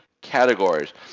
categories